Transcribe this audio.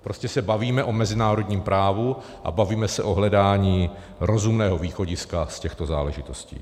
Prostě se bavíme o mezinárodním právu a bavíme se o hledáním rozumného východiska z těchto záležitostí.